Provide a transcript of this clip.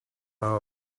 how